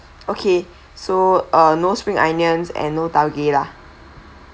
okay so uh no spring onions and no taugeh lah